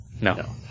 No